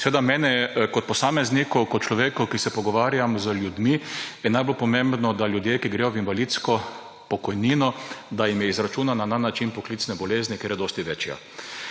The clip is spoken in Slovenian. Meni je kot posamezniku, kot človeku, ki se pogovarja z ljudmi, najbolj pomembno, da je ljudem, ki gredo v invalidsko pokojnino, ta izračunana na način poklicne bolezni, ker je dosti večja.